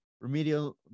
remedial